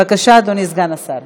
בבקשה, אדוני סגן השר.